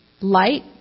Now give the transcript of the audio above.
light